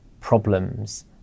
problems